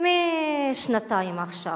שנתיים מעכשיו.